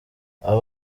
abo